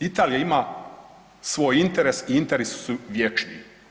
Italija ima svoj interes i interesi su vječni.